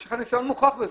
יש לך ניסיון מוכח בזה.